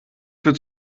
für